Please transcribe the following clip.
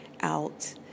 out